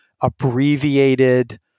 abbreviated